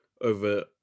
over